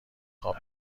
خواب